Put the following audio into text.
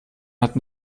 hat